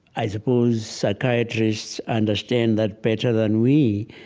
i supposed psychiatrists understand that better than we.